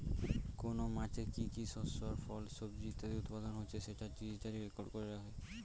কোন মাঠে কি কি শস্য আর ফল, সবজি ইত্যাদি উৎপাদন হচ্ছে সেটা ডিজিটালি রেকর্ড করে রাখে